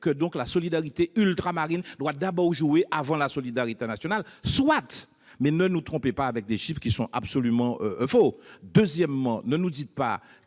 laquelle la solidarité ultramarine doit jouer avant la solidarité nationale. Soit ! Mais ne nous trompez pas avec des chiffres qui sont absolument faux. Ne nous dites pas